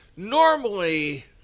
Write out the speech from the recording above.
Normally